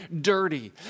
dirty